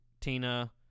Tina